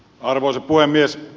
arvoisa puhemies